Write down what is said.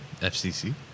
FCC